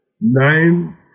Nine